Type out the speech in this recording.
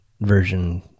version